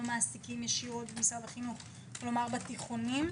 מעסיקים ישירות במשרד החינוך כלומר בתיכונים?